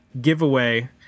giveaway